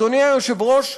אדוני היושב-ראש,